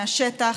מהשטח,